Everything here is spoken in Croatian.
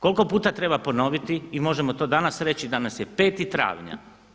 Koliko puta treba ponoviti i možemo to danas reći, danas je 5. travnja.